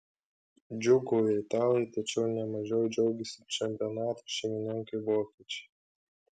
džiūgauja italai tačiau ne mažiau džiaugiasi ir čempionato šeimininkai vokiečiai